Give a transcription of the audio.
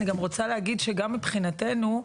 גם מבחינתנו,